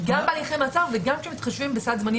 גם בהליכי מעצר וגם כשמתחשבים בסד זמנים